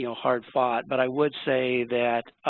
you know hard-fought but i would say that